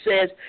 says